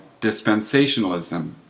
dispensationalism